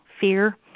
fear